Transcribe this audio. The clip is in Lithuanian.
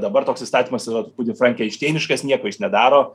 dabar toks įstatymas yra truputį frankenštieniškas nieko jis nedaro